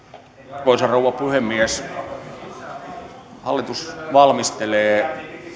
arvoisa rouva puhemies hallitus valmistelee